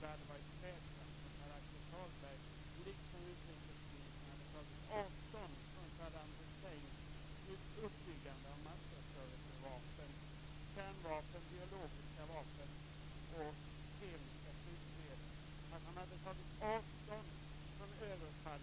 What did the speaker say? Jag tycker att det vore värdefullt om vi kunde se dessa insatser i detta mer psykologiskt och filosofiskt politiska sammanhang.